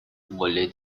более